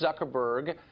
Zuckerberg